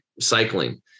cycling